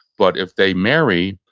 but if they marry,